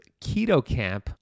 KETOCAMP